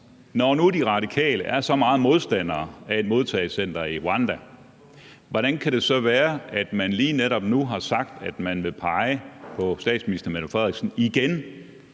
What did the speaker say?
Når nu De Radikale er så meget modstandere af et modtagecenter i Rwanda, hvordan kan det så være, at man lige netop nu har sagt, at man igen vil pege på Mette Frederiksen som